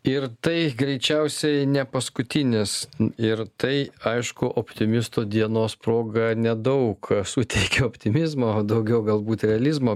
ir tai greičiausiai ne paskutinis ir tai aišku optimisto dienos proga nedaug suteikia optimizmo daugiau galbūt realizmo